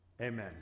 Amen